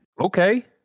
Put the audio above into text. Okay